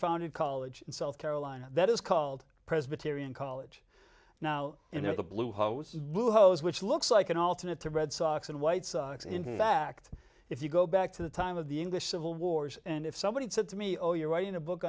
founded college in south carolina that is called presbyterian college now you know the blue house blue hose which looks like an alternate to red sox and white sox in fact if you go back to the time of the english civil wars and if somebody said to me oh you're writing a book